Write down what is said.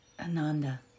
Ananda